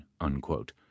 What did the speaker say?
unquote